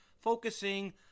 focusing